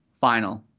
final